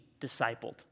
discipled